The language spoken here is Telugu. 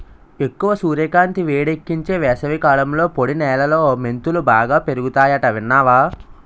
ఎక్కువ సూర్యకాంతి, వేడెక్కించే వేసవికాలంలో పొడి నేలలో మెంతులు బాగా పెరుగతాయట విన్నావా